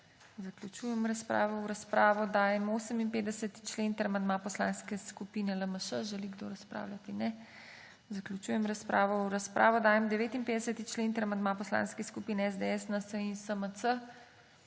Zaključujem razpravo. V razpravo dajem 88. člen ter amandma poslanskih skupin SDS, NSi in SMC. Želi kdo razpravljati? Zaključujem razpravo. V razpravo dajem 90. člen ter amandma poslanskih skupin SDS, NSi in SMC.